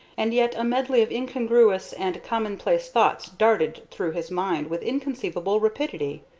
and yet a medley of incongruous and commonplace thoughts darted through his mind with inconceivable rapidity.